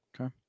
Okay